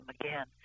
again